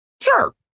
Sure